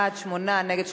שמונה בעד, 33 נגד.